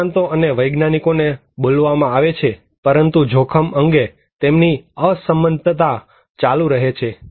નિષ્ણાંતો અને વૈજ્ઞાનિકોને બોલવામાં આવે છે પરંતુ જોખમ અંગે તેમની અસંમતતા ચાલુ રહે છે